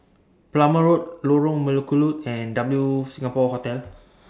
Plumer Road Lorong Melukut and W Singapore Hotel